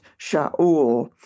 Sha'ul